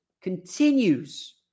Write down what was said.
continues